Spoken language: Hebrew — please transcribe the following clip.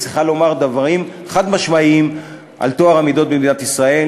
צריכה לומר דברים חד-משמעיים על טוהר המידות במדינת ישראל,